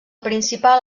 principal